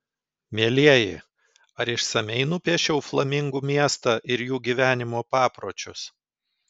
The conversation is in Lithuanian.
mielieji ar išsamiai nupiešiau flamingų miestą ir jų gyvenimo papročius